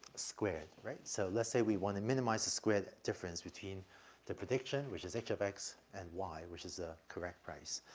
squared, right? so let's say we wanna minimize the squared difference between the prediction, which is h of x and y, which is the correct price.